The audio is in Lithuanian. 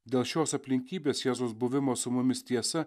dėl šios aplinkybės jėzaus buvimo su mumis tiesa